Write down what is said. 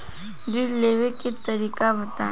ऋण लेवे के तरीका बताई?